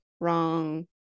wrong